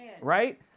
Right